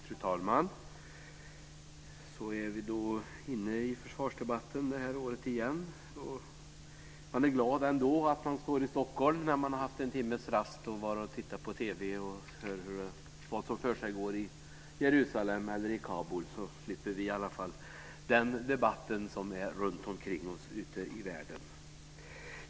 Fru talman! Så är vi då inne i försvarsdebatten, det här året igen. Man är glad att man står i Stockholm, när man har haft en timmes rast och tittat på TV och sett vad som försiggår i Jerusalem och i Kabul. Vi slipper i alla fall den debatt som är runtomkring oss ute i världen. Fru talman!